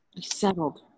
settled